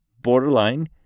Borderline